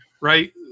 right